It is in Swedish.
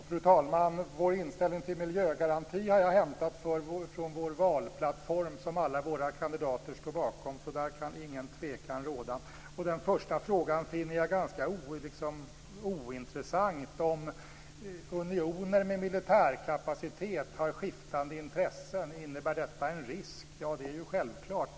Fru talman! Vår inställning till miljögaranti har jag hämtat från vår valplattform, som alla våra kandidater står bakom. Där kan ingen tvekan råda. Den första frågan finner jag ointressant, dvs. om unioner med militärkapacitet har skiftande intressen och om detta innebär en risk. Ja, det är självklart.